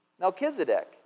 Melchizedek